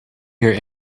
here